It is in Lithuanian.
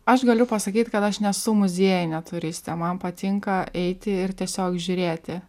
aš galiu pasakyt kad aš nesu muziejinė turistė man patinka eiti ir tiesiog žiūrėti